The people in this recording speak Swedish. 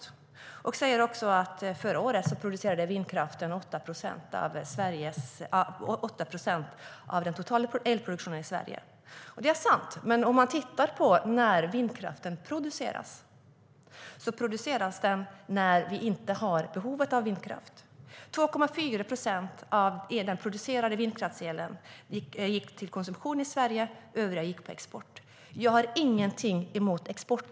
Hon säger också att förra året producerade vindkraften 8 procent av den totala elproduktionen i Sverige. Det är sant, men om man tittar på när vindkraften produceras, produceras den när vi inte har behov av vindkraft. Av den producerade vindkraftselen gick 2,4 procent till konsumtion i Sverige. Övrig el gick på export. Jag har ingenting emot export.